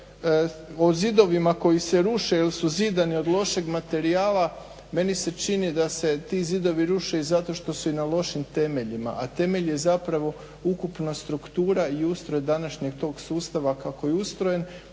o zidovima koji se ruše jer su zidani od lošeg materijala meni se čini da se ti zidovi ruše i zato što su na lošim temeljima. A temelj je zapravo ukupna struktura i ustroj današnjeg tog sustava kako je ustrojen.